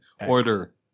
order